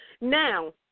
Now